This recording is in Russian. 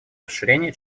расширения